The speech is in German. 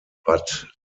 bad